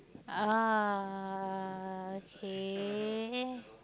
ah K